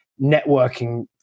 networking